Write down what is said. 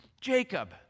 Jacob